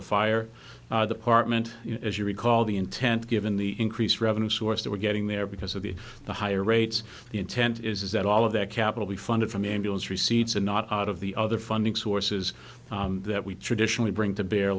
the fire department as you recall the intent given the increased revenue source that we're getting there because of the higher rates the intent is that all of that capital be funded from ambulance receipts and not out of the other funding sources that we traditionally bring to be